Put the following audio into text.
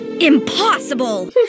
Impossible